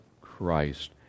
christ